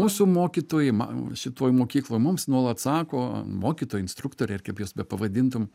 mūsų mokytojai ma šitoj mokykloj mums nuolat sako mokytojai instruktoriai ir kaip juos bepavadintum